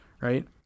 right